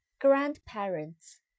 Grandparents